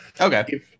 okay